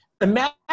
imagine